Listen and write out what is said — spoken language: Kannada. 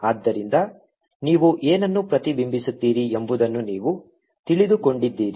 ಆದ್ದರಿಂದ ನೀವು ಏನನ್ನು ಪ್ರತಿಬಿಂಬಿಸುತ್ತೀರಿ ಎಂಬುದನ್ನು ನೀವು ತಿಳಿದುಕೊಂಡಿದ್ದೀರಿ